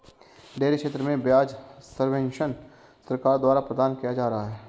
dairy क्षेत्र में ब्याज सब्वेंशन सरकार द्वारा प्रदान किया जा रहा है